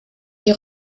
die